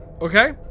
Okay